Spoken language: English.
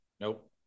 Nope